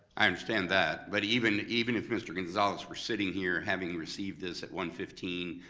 i understand that, but even even if mr. gonzales were sitting here, having received this at one fifteen,